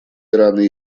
ирана